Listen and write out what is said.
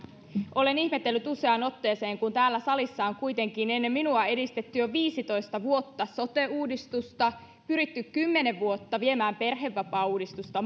olen ihmetellyt useaan otteeseen kun täällä salissa on kuitenkin ennen minua edistetty jo viisitoista vuotta sote uudistusta pyritty kymmenen vuotta viemään perhevapaauudistusta